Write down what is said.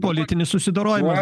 politinis susidorojimas